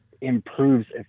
improves